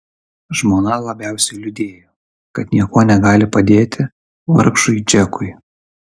žmona labiausiai liūdėjo kad niekuo negali padėti vargšui džekui